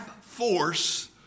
force